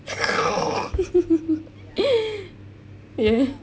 ya